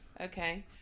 Okay